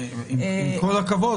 עם כל הכבוד,